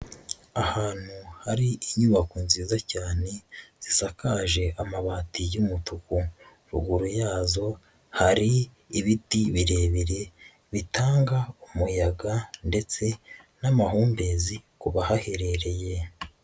Ahantu hari inyubako nziza cyane zisakaje amabati y'umutuku ruguru, yazo hari ibiti birebire bitanga umuyaga ndetse n'amahumbezi ku bahaherereye.